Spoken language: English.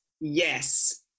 Yes